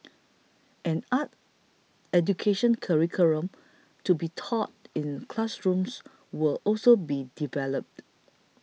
an art education curriculum to be taught in classrooms will also be developed